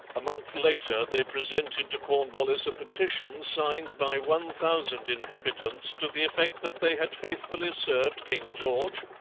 a month later they presented to cornwallis a petition signed by one thousand inhabitants to the effect that they had faithfully served king george,